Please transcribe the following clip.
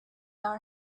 our